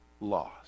lost